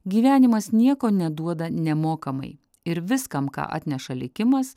gyvenimas nieko neduoda nemokamai ir viskam ką atneša likimas